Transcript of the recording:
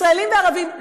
ישראלים וערבים,